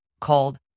called